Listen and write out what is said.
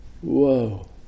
whoa